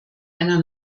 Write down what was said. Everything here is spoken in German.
einer